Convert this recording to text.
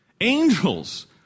Angels